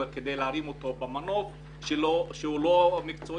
כדי להרים אותו במנוף שהוא לא מקצועי,